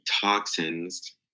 toxins